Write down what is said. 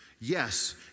Yes